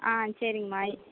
ஆ சரிங்கமா